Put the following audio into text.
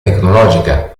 tecnologica